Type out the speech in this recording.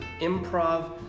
Improv